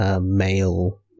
male